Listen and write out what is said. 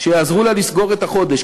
שיעזרו לה לסגור את החודש".